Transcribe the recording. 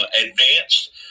advanced